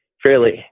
fairly